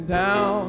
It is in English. down